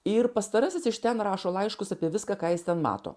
ir pastarasis iš ten rašo laiškus apie viską ką jis ten mato